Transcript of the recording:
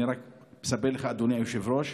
אני רק מספר לך, אדוני היושב-ראש,